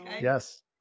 Yes